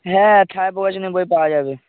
হ্যাঁ ছায়া প্রকাশনীর বই পাওয়া যাবে